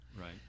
Right